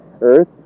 Earth